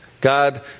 God